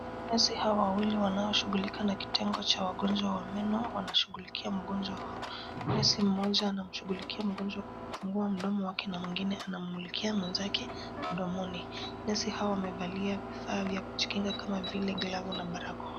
Nesi hawa wawili wanaoshughulika na kitengo cha wagonjwa wa meno wanashughulikia mgonjwa wao. Nesi mmoja anamshughulikia mgonjwa kwa kufungua mdomo wake na mwingine anamulikia mwenzake mdomoni. Nesi hawa wamevalia vifaa vya kujikinga kama vile glavu na barakoa.